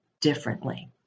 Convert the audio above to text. differently